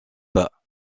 pas